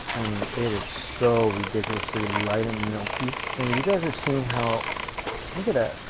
i mean it is so ridiculously light and milky and you guys are seeing how look at ah